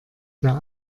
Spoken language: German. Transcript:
der